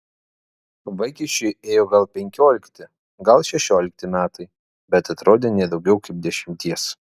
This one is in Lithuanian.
vaikiščiui ėjo gal penkiolikti gal šešiolikti metai bet atrodė ne daugiau kaip dešimties